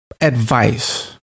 advice